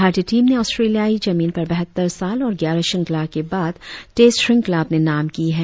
भारतीय टीम ने ऑस्ट्रेलियाई जमीन पर बहत्तर साल और ग्यारह श्रंखला के बाद टैस्ट श्रंखला अपने नाम की है